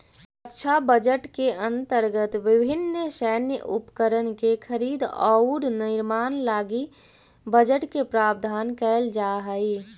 रक्षा बजट के अंतर्गत विभिन्न सैन्य उपकरण के खरीद औउर निर्माण लगी बजट के प्रावधान कईल जाऽ हई